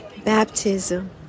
Baptism